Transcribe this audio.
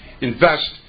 invest